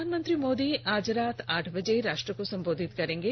प्रधानमंत्री नरेन्द्र मोदी आज रात आठ बजे राष्ट्र को संबोधित करेंगे